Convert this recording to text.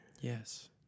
Yes